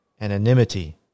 anonymity